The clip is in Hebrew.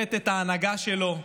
למוטט את ההנהגה שלו,